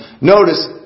Notice